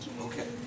Okay